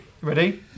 Ready